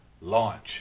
Launch